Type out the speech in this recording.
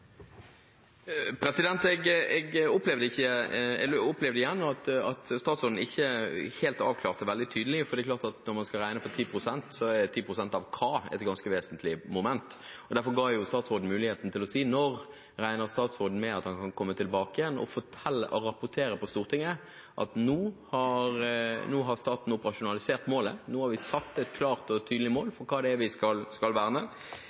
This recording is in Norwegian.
Jeg opplevde igjen at statsråden ikke helt avklarte dette veldig tydelig, for det er klart at når man skal regne 10 pst., så er 10 pst. av hva et ganske vesentlig moment. Derfor ga jeg statsråden muligheten til å si når han regner med at han kan komme tilbake igjen og rapportere til Stortinget at nå har staten operasjonalisert målet, nå har vi satt et klart og tydelig mål for hva vi skal verne.